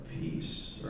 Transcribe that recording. peace